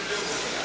Hvala